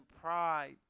pride